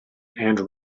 and